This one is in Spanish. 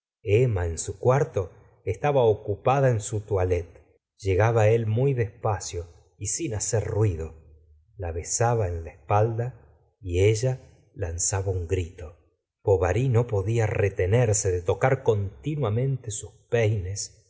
emma en su cuarto estaba ocupada en su toilette llegaba él muy despacio y sin hacer ruido la besaba la espalda y ella lanzaba un grito bovary no podía retenerse de tocar continuamente sus peines